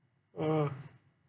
oh